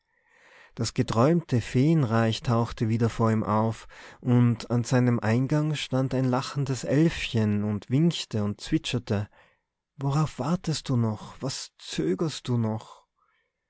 das geträumte feenreich tauchte wieder vor ihm auf und an seinem eingang stand ein lachendes elfchen und winkte und zwitscherte worauf wartest du noch was zögerst du noch